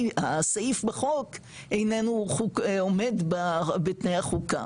שהסעיף בחוק איננו עומד בתנאי החוקה,